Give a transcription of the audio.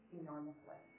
enormously